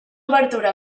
obertura